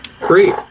Great